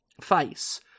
face